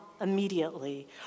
immediately